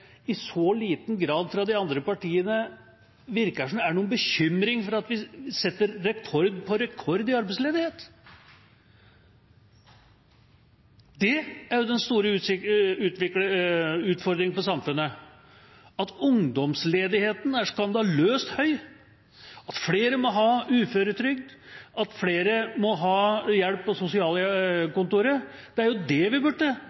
i så liten grad fra de andre partiene virker som det er noen bekymring for at vi setter rekord på rekord i arbeidsledighet. Det er den store utfordringen for samfunnet: at ungdomsledigheten er skandaløst høy, at flere må ha uføretrygd, at flere må ha hjelp på sosialkontoret. Det er det vi burde